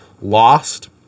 Lost